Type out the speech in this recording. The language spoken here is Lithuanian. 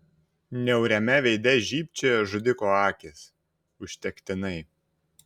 niauriame veide žybčiojo žudiko akys užtektinai